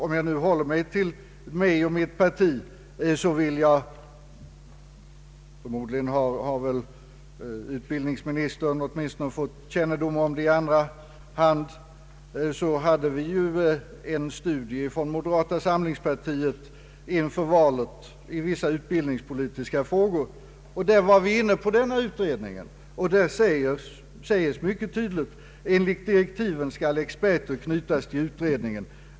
Om jag nu håller mig till mitt eget parti vill jag nämna — förmodligen har utbildningsministern åtminstone fått kännedom om det i andra hand — att moderata samlingspartiet inför valet utgav en studie i vissa utbildningspolitiska frågor. Där var vi inne på SIA-utredningen. Det säges från vårt håll mycket tydligt att enligt direktiven skall experter knytas till utredningen.